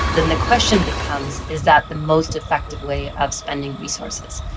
then the question becomes, is that the most effective way of spending resources?